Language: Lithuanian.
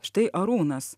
štai arūnas